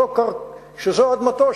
שזו אדמתו,